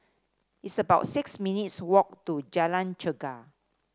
it's about six minutes' walk to Jalan Chegar